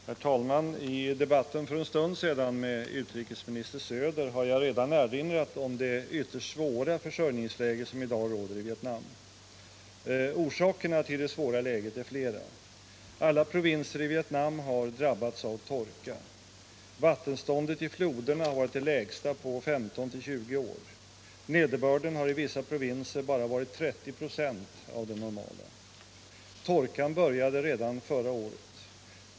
Herr talman! I debatten för en stund sedan med utrikesminister Söder har jag redan erinrat om det ytterst svåra försörjningsläge som i dag råder i Vietnam. Orsakerna till det svåra läget är flera. Alla provinser i Vietnam har drabbats av torka. Vattenståndet i floderna har varit det lägsta på 15-20 år. Nederbörden har i vissa provinser bara varit 30 96 av den normala. Torkan började redan förra året.